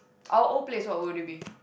our old place what would it be